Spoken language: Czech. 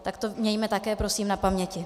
Tak to mějme také prosím na paměti.